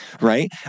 right